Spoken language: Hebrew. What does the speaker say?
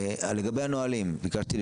לגבי הנהלים.